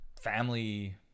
family